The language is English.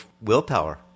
willpower